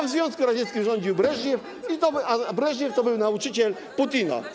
W Związku Radzickim rządził Breżniew, a Breżniew to był nauczyciel Putina.